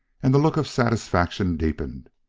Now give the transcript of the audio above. and the look of satisfaction deepened.